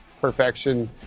perfection